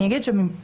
אני אגיד שבעיני,